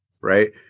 right